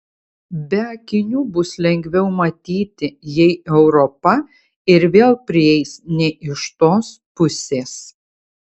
be akinių bus lengviau matyti jei europa ir vėl prieis ne iš tos pusės